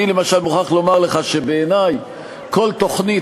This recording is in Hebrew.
אני למשל מוכרח לומר לך שבעיני כל תוכנית